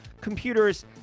computers